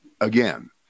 again